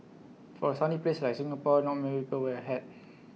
for A sunny place like Singapore not many people wear A hat